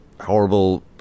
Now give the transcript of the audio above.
horrible